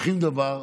לוקחים דבר,